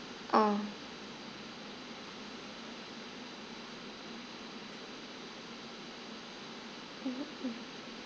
orh